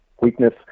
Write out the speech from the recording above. weakness